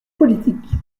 politique